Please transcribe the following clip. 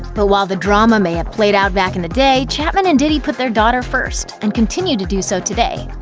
but while the drama may have played out back in the day, chapman and diddy put their daughter first, and they continue to do so today.